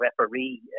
referee